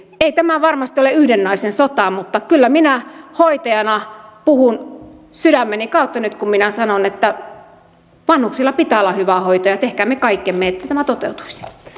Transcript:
ei tämä varmasti ole yhden naisen sota mutta kyllä minä hoitajana puhun sydämeni kautta nyt kun minä sanon että vanhuksilla pitää olla hyvä hoito ja tehkäämme kaikkemme että tämä toteutuisi